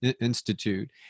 Institute